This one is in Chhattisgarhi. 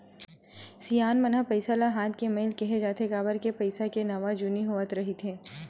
सियान मन ह पइसा ल हाथ के मइल केहें जाथे, काबर के पइसा के नवा जुनी होवत रहिथे